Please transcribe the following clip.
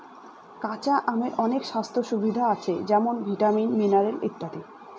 কাঁচা আমের অনেক স্বাস্থ্য সুবিধা আছে যেমন ভিটামিন, মিনারেল ইত্যাদি